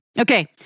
Okay